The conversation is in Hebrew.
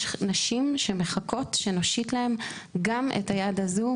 יש נשים שמחכות שנושיט להן גם את היד הזו,